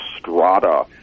strata